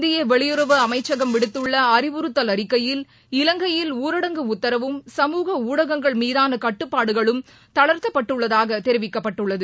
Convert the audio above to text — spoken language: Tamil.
இந்திய வெளியுறவு அமைச்சகம் விடுத்துள்ள அறிவுறுத்தல் அறிக்கையில் இலங்கையில் ஊரடங்கு உத்தரவும் சமூக ஊடகங்கள் மீதான கட்டுப்பாடுகளும் தளர்த்தப்பட்டுள்ளதாக தெரிவிக்கப்பட்டுள்ளது